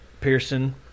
Pearson